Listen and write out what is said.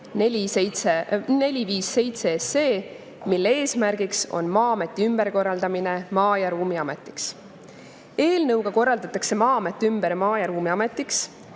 457, mille eesmärgiks on Maa-ameti ümberkorraldamine Maa‑ ja Ruumiametiks. Eelnõuga korraldatakse Maa-amet ümber Maa‑ ja Ruumiametiks,